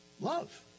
Love